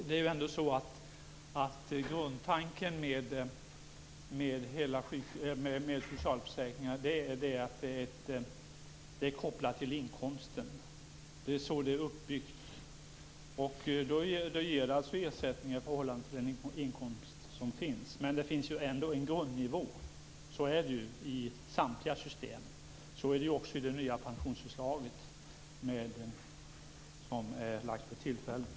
Fru talman! Grundtanken med socialförsäkringarna är ju att de är kopplade till inkomsten. Det är så det är uppbyggt. De ger ersättning i förhållande till den inkomst som finns. Men det finns ändå en grundnivå i samtliga system, och så är det också i det nya pensionsförslaget som lagts fram för tillfället.